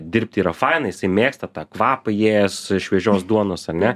dirbti yra faina jisai mėgsta tą kvapą įėjęs šviežios duonos ane